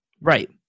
Right